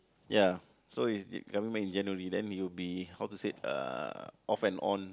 ya so it's he's coming back in January then he will be how to said uh off and on